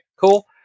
cool